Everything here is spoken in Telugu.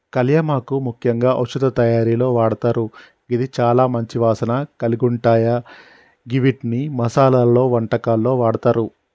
కళ్యామాకు ముఖ్యంగా ఔషధ తయారీలో వాడతారు గిది చాల మంచి వాసన కలిగుంటాయ గివ్విటిని మసాలలో, వంటకాల్లో వాడతారు